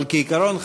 אבל כעיקרון,